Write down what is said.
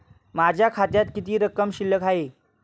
माझ्या खात्यात किती रक्कम शिल्लक आहे?